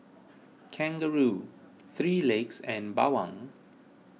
Kangaroo three Legs and Bawang